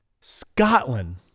Scotland